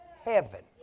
heaven